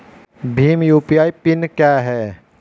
Bhim UPI PIN क्या है?